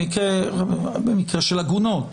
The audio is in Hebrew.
במקרה של עגונות,